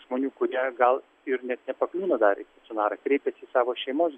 žmonių kurie gal ir net nepakliūna dar į stacionarą kreipiasi į savo šeimos